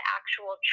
actual